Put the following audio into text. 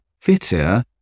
fitter